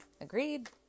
agreed